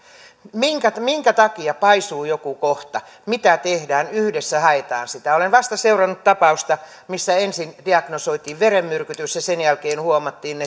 minkä minkä takia paisuu joku kohta mitä tehdään yhdessä haetaan sitä olen vasta seurannut tapausta missä ensin diagnosoitiin verenmyrkytys ja sen jälkeen huomattiin